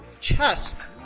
Chest